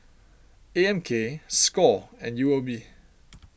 A M K Score and U O B